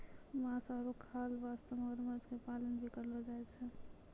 मांस आरो खाल वास्तॅ मगरमच्छ के पालन भी करलो जाय छै